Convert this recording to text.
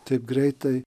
taip greitai